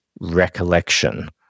recollection